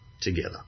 together